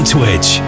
Twitch